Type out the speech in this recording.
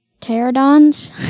Pterodons